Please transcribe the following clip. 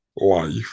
life